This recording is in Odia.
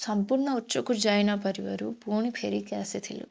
ସମ୍ପୂର୍ଣ୍ଣ ଉଚ୍ଚ କୁ ଯାଇ ନପାରିବାରୁ ପୁଣି ଫେରିକି ଆସିଥିଲୁ